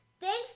Thanks